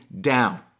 down